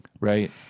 Right